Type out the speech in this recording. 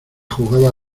jugaba